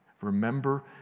Remember